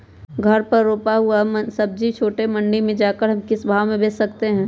घर पर रूपा हुआ सब्जी छोटे मंडी में जाकर हम किस भाव में भेज सकते हैं?